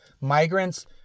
migrants